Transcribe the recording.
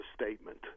statement